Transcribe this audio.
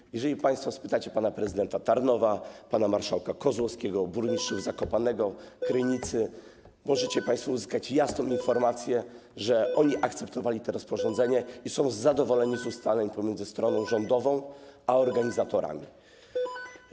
I jeżeli państwo spytacie pana prezydenta Tarnowa, pana marszałka Kozłowskiego, burmistrzów Zakopanego, Krynicy, możecie państwo uzyskać jasną informację, że oni akceptowali to rozporządzenie i są zadowoleni z ustaleń pomiędzy stroną rządową a organizatorami.